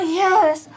yes